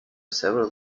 several